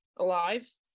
alive